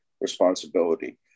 responsibility